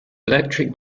electric